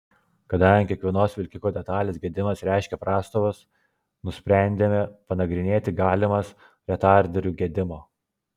kadangi kiekvienos vilkiko detalės gedimas reiškia prastovas nusprendėme panagrinėti galimas retarderių gedimo